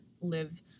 live